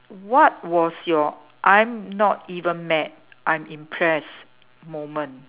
what was your I'm not even mad I'm impressed moment